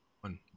one